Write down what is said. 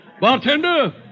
Bartender